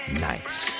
Nice